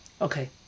Okay